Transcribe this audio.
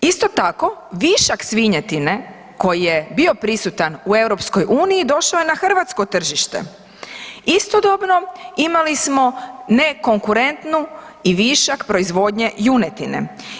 Isto tako višak svinjetine koji je bio prisutan u EU došao je na hrvatsko tržište, istodobno imali smo nekonkurentnu i višak proizvodnje junetine.